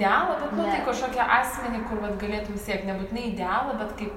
idealą bet tokį kažkokį asmenį kur vat galėtum siekt nebūtinai idealą bet kaip